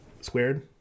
squared